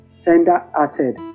tender-hearted